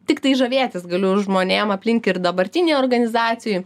tiktai žavėtis galiu žmonėm aplink ir dabartinėj organizacijoj